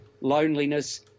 loneliness